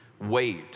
wait